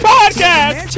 Podcast